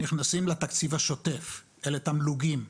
נכנסים לתקציב השוטף, אלה תמלוגים.